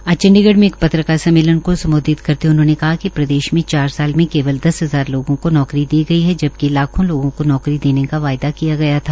आज चंडीगढ़ में कए पत्रकार सम्मेलन को सम्बोधित करे हए उन्होंने कहा कि प्रदेश में चार साल केवल दस हजार लोगो को नौकरी दी गई जबकि लाखों लोगों को नौकरी देने का वायदा किया गया था